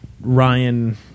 Ryan